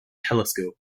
telescope